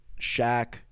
Shaq